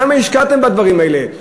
כמה השקעתם בדברים האלה?